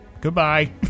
Goodbye